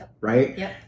Right